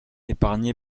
épargnée